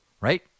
right